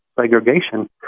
segregation